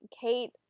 Kate